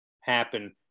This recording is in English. happen